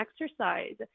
exercise